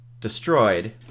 destroyed